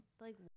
Like-